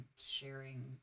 sharing